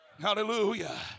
Hallelujah